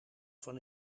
van